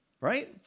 right